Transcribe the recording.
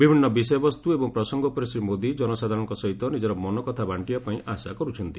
ବିଭିନ୍ନ ବିଷୟବସ୍ତ ଏବଂ ପ୍ରସଙ୍ଗ ଉପରେ ଶ୍ରୀ ମୋଦି ଜନସାଧାରଣଙ୍କ ସହିତ ନିକର ମନକଥା ବାଷ୍ଟିବାପାଇଁ ଆଶା କର୍ରଛନ୍ତି